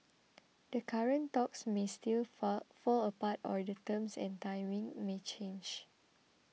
the current talks may still fall apart or the terms and timing may change